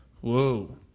Whoa